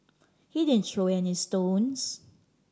he didn't throw any stones